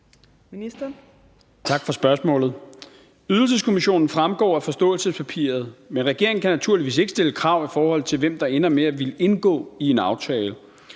Tak for spørgsmålet. Ydelseskommissionen fremgår af forståelsespapiret, men regeringen kan naturligvis ikke stille krav i forhold til, hvem der ender med at ville indgå i en aftale.